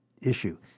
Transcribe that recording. issue